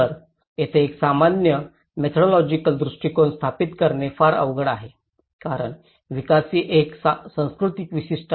तर तेथे एक सामान्य मेथोडोलॉजिकल दृष्टीकोन स्थापित करणे फार अवघड आहे कारण विकास ही एक संस्कृती विशिष्ट आहे